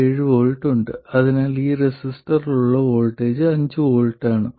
7 V ഉണ്ട് അതിനാൽ ഈ റെസിസ്റ്ററിലുള്ള വോൾട്ടേജ് 5 V ആണ്